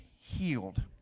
healed